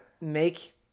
make